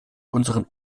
unseren